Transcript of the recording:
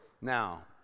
now